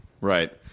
Right